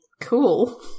cool